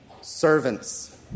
servants